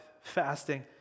fasting